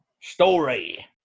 story